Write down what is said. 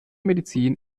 medizin